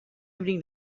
evening